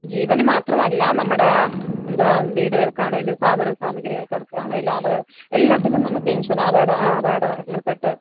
ജീവൻ മാത്രമല്ല നമ്മുടെ എന്താ വീടുകൾക്കാണേലും സാധനം സാമഗ്രികൾക്കടക്കാണേലും അപകടം എല്ലാത്തിനും നമുക്ക് ഇൻഷുർ ആ അപകടം ആ അപകടങ്ങൾപ്പെട്ട്